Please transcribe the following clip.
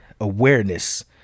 awareness